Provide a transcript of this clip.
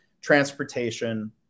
transportation